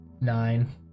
Nine